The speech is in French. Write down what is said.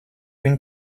une